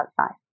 outside